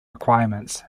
requirements